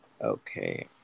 Okay